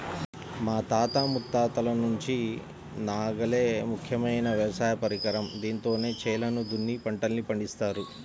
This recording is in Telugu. మా తాత ముత్తాతల నుంచి నాగలే ముఖ్యమైన వ్యవసాయ పరికరం, దీంతోనే చేలను దున్ని పంటల్ని పండిత్తారు